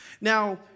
Now